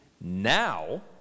Now